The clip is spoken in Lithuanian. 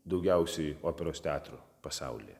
daugiausiai operos teatrų pasauly